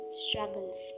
struggles